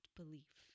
belief